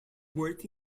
worth